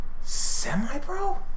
semi-pro